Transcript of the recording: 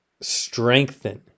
strengthen